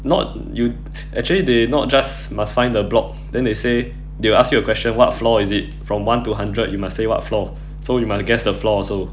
not you actually they not just must find the block then they say they will ask you a question what floor is it from one to hundred you must say what floor so you must guess the floor also